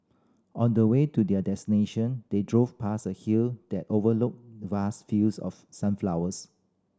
on the way to their destination they drove past a hill that overlooked vast fields of sunflowers